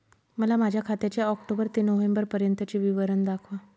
मला माझ्या खात्याचे ऑक्टोबर ते नोव्हेंबर पर्यंतचे विवरण दाखवा